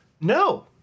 no